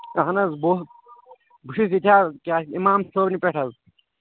اہن حظ بہٕ اوسُس بہٕ چھُس ییٚتہِ حظ کیٛاہ اِمام صٲبنہِ پٮ۪ٹھ حظ